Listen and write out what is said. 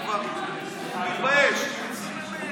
הוא מתבייש אבל מצביע, מה לעשות.